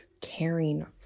caring